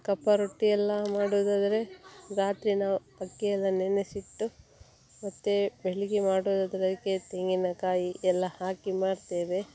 ಕಪ್ಪರೊಟ್ಟಿಯೆಲ್ಲ ಮಾಡುವುದಾದ್ರೆ ರಾತ್ರಿ ನಾವು ಅಕ್ಕಿಯೆಲ್ಲ ನೆನೆಸಿಟ್ಟು ಮತ್ತೆ ಬೆಳಿಗ್ಗೆ ಮಾಡುವುದಾದ್ರೆ ಅದಕ್ಕೆ ತೆಂಗಿನಕಾಯಿ ಎಲ್ಲ ಹಾಕಿ ಮಾಡ್ತೇವೆ